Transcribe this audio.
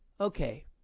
Okay